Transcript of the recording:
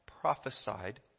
prophesied